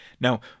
Now